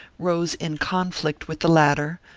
rose in conflict with the latter,